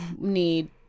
need